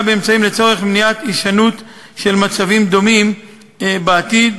אמצעים לצורך מניעת הישנות של מצבים דומים בעתיד.